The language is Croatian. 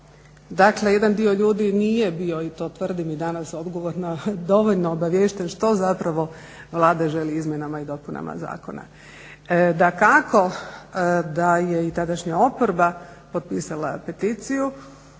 Dakle jedan dio ljudi nije bio i to tvrdim i danas odgovorno dovoljno obaviješten što zapravo Vlada želi izmjenama i dopunama zakona. Dakako da je i tadašnja oporba potpisala peticiju,